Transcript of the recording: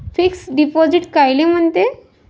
Fix deposit कायले म्हनते?